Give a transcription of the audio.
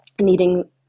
needing